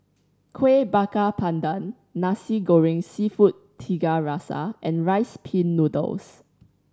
Kueh Bakar Pandan Nasi Goreng Seafood Tiga Rasa and Rice Pin Noodles